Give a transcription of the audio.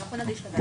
אנחנו נגיש לוועדה.